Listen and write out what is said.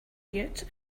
mute